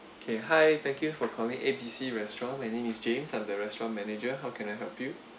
okay hi thank you for calling A B C restaurant my name is james I'm the restaurant manager how can I help you